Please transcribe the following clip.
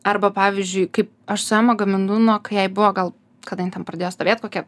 arba pavyzdžiui kaip aš su ema gaminu nuo kai jai buvo gal kada jin ten pradėjo stovėt kokia